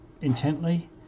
intently